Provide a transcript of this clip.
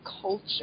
culture